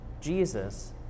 Jesus